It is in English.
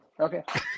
Okay